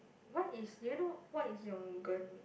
what is do you know what is